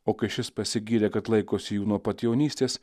o kai šis pasigyrė kad laikosi jų nuo pat jaunystės